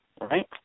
right